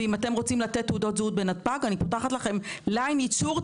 אם אתם רוצים לתת תעודות זהות בנתב"ג אז אני פותחת לכם ליין ייצור.